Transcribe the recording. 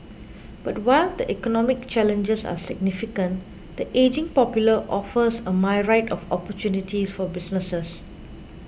but while the economic challenges are significant the ageing population offers a myriad of opportunities for businesses